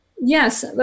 yes